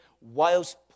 whilst